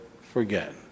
forget